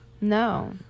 No